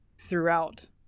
throughout